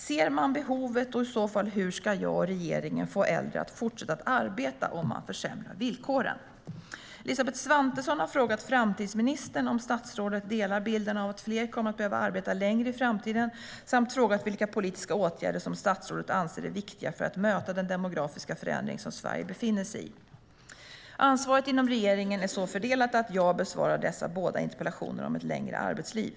Ser man behovet och i så fall hur ska jag och regeringen få äldre att fortsätta att arbeta om man försämrar villkoren? Ansvaret inom regeringen är så fördelat att det är jag som besvarar dessa båda interpellationer om ett längre arbetsliv.